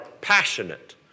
passionate